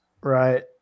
Right